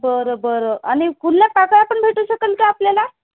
बरं बरं आणि खुल्ल्या पाकळ्या पण भेटू शकेल का आपल्याला